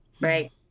right